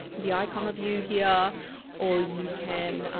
the icon of you here or you can,